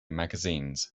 magazines